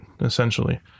Essentially